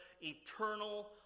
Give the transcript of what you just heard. eternal